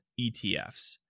ETFs